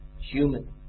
human